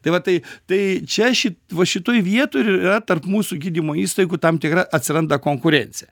tai va tai tai čia šit va šitoj vietoj ir yra tarp mūsų gydymo įstaigų tam tikra atsiranda konkurencija